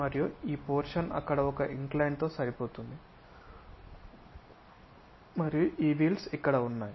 మళ్ళీ ఈ పోర్షన్ అక్కడ ఒక ఇంక్లైన్ తో సరిపోతుంది మరియు ఈ వీల్స్ ఇక్కడ ఉన్నాయి